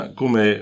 come